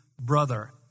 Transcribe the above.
brother